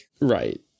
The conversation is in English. Right